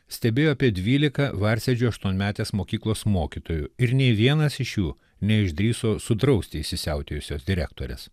stebėjo apie dvylika varsėdžių aštuonmetės mokyklos mokytojų ir nei vienas iš jų neišdrįso sudrausti įsisiautėjusios direktorės